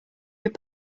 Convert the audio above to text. your